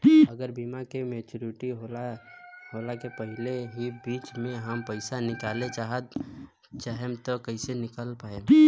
अगर बीमा के मेचूरिटि होला के पहिले ही बीच मे हम पईसा निकाले चाहेम त कइसे निकाल पायेम?